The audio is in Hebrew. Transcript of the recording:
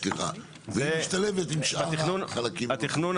סליחה, תכנית